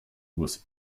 was